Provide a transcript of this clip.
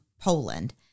Poland